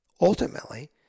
Ultimately